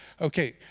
Okay